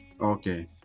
Okay